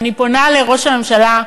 אני פונה לראש הממשלה,